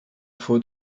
von